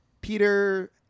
peter